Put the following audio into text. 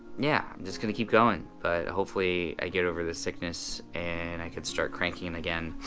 yeah, i'm just gonna keep goin'. but hopefully i get over this sickness and i can start cranking and again